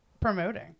promoting